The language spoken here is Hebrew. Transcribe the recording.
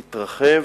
התרחב.